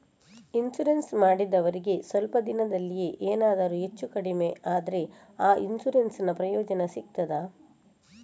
Insurance ಮಾಡಿದವರಿಗೆ ಸ್ವಲ್ಪ ದಿನದಲ್ಲಿಯೇ ಎನಾದರೂ ಹೆಚ್ಚು ಕಡಿಮೆ ಆದ್ರೆ ಆ ಇನ್ಸೂರೆನ್ಸ್ ನ ಪ್ರಯೋಜನ ಸಿಗ್ತದ?